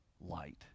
light